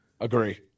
Agree